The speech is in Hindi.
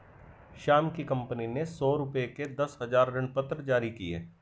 श्याम की कंपनी ने सौ रुपये के दस हजार ऋणपत्र जारी किए